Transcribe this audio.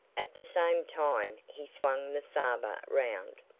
at the same time he swung the sabre round,